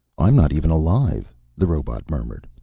i'm not even alive, the robot murmured.